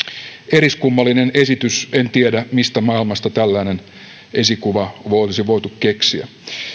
eriskummallinen esitys en tiedä mistä maailmasta tällainen esikuva olisi voitu keksiä